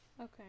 Okay